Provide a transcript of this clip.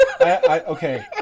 Okay